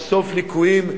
לחשוף ליקויים.